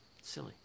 Silly